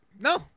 no